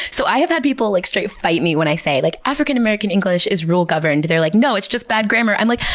so i have had people like straight fight me when i say, like african american english is rule governed. they're like, no, it's just bad grammar. i'm like,